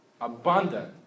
Abundant